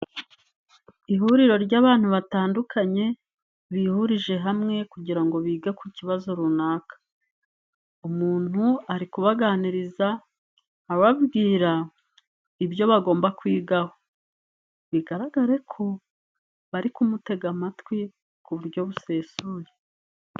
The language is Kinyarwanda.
Ihuriro ry'abantu batandukanye bihurije hamwe kugira ngo bige ku kibazo runaka, umuntu ari kubaganiriza ababwira ibyo bagomba kwigaho, bigaragare ko bari kumutega amatwi ku buryo busesuye.